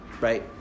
right